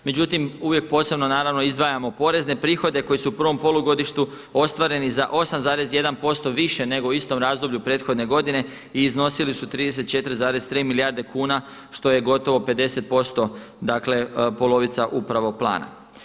Međutim uvijek posebno naravno izdvajamo porezne prihode koji su u prvom polugodištu ostvareni za 8,1% više nego u istom razdoblju prethodne godine i iznosili su 34,3 milijarde kuna što je gotovo 50% dakle polovica upravo plana.